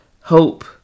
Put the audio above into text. hope